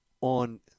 on